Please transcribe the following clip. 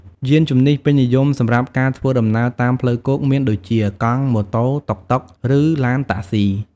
យានជំនិះពេញនិយមសម្រាប់ការធ្វើដំណើរតាមផ្លូវគោកមានដូចជា កង់ ម៉ូតូ តុកតុក ឬ ឡានតាក់សុី។